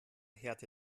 härte